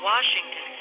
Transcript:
Washington